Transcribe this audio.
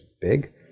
big